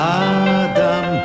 adam